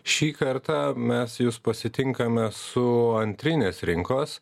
šį kartą mes jus pasitinkame su antrinės rinkos